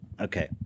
okay